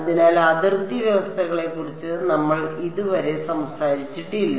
അതിനാൽ അതിർത്തി വ്യവസ്ഥകളെ കുറിച്ച് നമ്മൾ ഇതുവരെ സംസാരിച്ചിട്ടില്ല